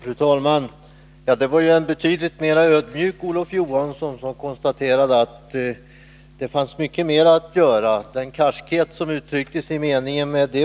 Fru talman! Det var en betydligt mera ödmjuk Olof Johansson som konstaterade att det finns mycket mer att göra. Den karskhet som kom till uttryck i svaret finns det inte längre mycket kvar av.